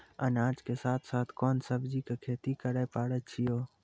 अनाज के साथ साथ कोंन सब्जी के खेती करे पारे छियै?